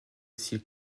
style